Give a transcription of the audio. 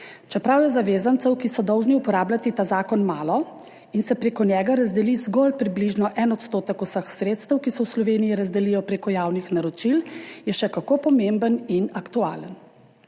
Čeprav je zavezancev, ki so dolžni uporabljati ta zakon, malo in se prek njega razdeli zgolj približno 1 % vseh sredstev, ki se v Sloveniji razdelijo prek javnih naročil, je še kako pomemben in aktualen.